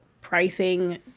pricing